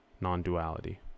non-duality